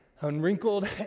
unwrinkled